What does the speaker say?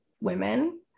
women